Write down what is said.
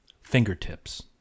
fingertips